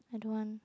I don't want